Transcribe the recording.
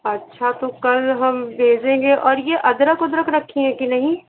अच्छा तो कल हम भेजेंगे और यह अदरक उदरक रखी हैं कि नहीं